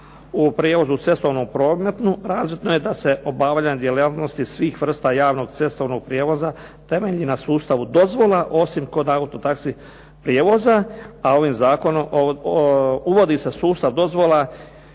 o prijevozu u cestovnom prometu razvidno je da se obavljanje djelatnosti svih vrsta javnog cestovnog prijevoza temelji na sustavu dozvola, osim kod auto taxi prijevoza, a ovim zakonom uvodi se sustav dozvola